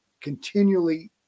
continually